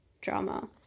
drama